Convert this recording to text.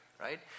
right